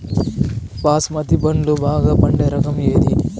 బాస్మతి వడ్లు బాగా పండే రకం ఏది